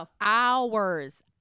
hours